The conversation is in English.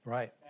Right